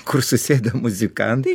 kur susėdę muzikantai